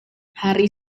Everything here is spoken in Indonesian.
hari